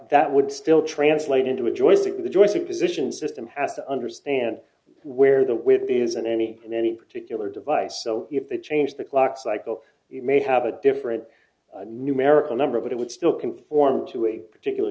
that would still translate into a joystick with a joystick position system had to understand where the whip isn't any in any particular device so if they change the clock cycle you may have a different numerical number but it would still conform to a particular